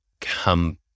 come